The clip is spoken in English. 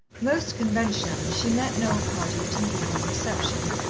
most conventionally, she met noel cardew at an evening reception,